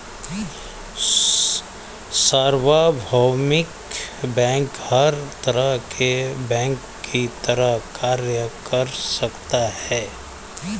सार्वभौमिक बैंक हर तरह के बैंक की तरह कार्य कर सकता है